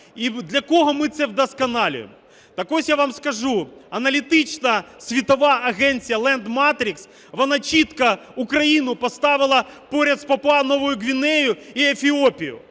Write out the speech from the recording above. І для кого ми це вдосконалюємо? Так ось я вам скажу, аналітична світова агенція Land Matrix, вона чітко Україну поставила поряд з Папуа-Новою Гвінеєю і Ефіопією,